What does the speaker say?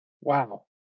Wow